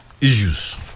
issues